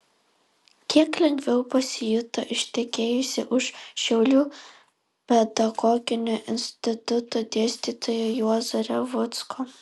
kiek lengviau pasijuto ištekėjusi už šiaulių pedagoginio instituto dėstytojo juozo revucko